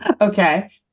Okay